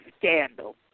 scandal